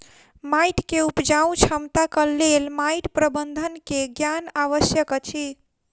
माइट के उपजाऊ क्षमताक लेल माइट प्रबंधन के ज्ञान आवश्यक अछि